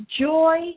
joy